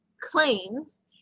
claims